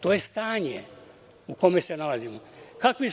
To je stanje u kome se nalazimo.